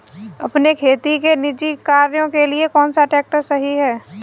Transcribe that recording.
अपने खेती के निजी कार्यों के लिए कौन सा ट्रैक्टर सही है?